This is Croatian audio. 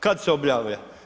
Kad se obnavlja?